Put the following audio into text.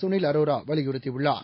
சுனில் அரோரா வலியுறுத்தியுள்ளார்